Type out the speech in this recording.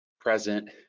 present